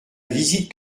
visite